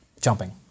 jumping